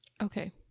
Okay